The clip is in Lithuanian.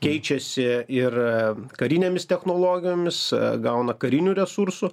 keičiasi ir karinėmis technologijomis gauna karinių resursų